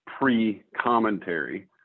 pre-commentary